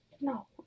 No